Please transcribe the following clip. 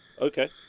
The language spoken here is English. Okay